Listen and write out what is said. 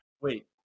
Wait